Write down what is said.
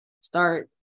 start